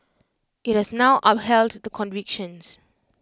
IT has now upheld the convictions